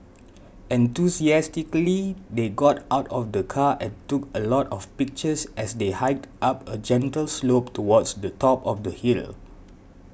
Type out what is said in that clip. enthusiastically they got out of the car and took a lot of pictures as they hiked up a gentle slope towards the top of the hill